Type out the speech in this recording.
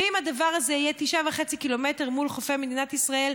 ואם הדבר הזה יהיה 9.5 קילומטר מול חופי מדינת ישראל,